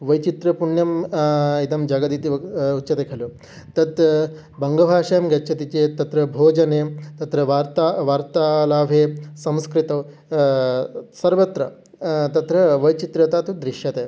वैचित्र्यपुण्यम् इदं जगदिति वक् उच्यते खलु तत् बङ्गभाषायां गच्छति चेत् तत्र भोजने तत्र वार्ता वार्तालापे संस्कृतौ सर्वत्र तत्र वैचित्रता तु दृश्यते